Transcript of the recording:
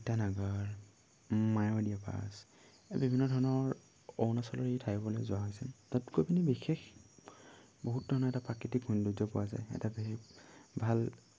ইটানগৰ মায়'দিয়া পাছ এই বিভিন্ন ধৰণৰ অৰুণাচলৰ এই ঠাইবোৰলৈ যোৱা হৈছে তাত গৈ পিনি বিশেষ বহুত ধৰণৰ এটা প্ৰাকৃতিক সৌন্দৰ্য পোৱা যায় এটা বিশেষ ভাল